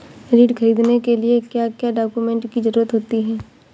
ऋण ख़रीदने के लिए क्या क्या डॉक्यूमेंट की ज़रुरत होती है?